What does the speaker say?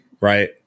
Right